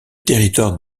territoire